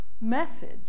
message